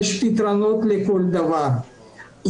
יש פתרונות לכל דבר,